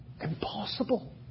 Impossible